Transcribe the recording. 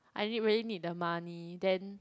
I need really need the money then